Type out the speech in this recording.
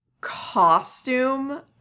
costume